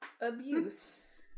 abuse